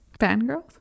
Fangirls